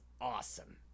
awesome